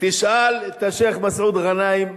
תשאל את השיח' מסעוד גנאים,